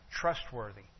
trustworthy